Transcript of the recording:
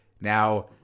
Now